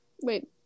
Wait